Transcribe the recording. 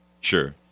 Sure